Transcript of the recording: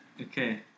Okay